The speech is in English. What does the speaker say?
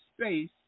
space